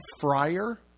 Friar